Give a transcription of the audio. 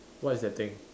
what is that thing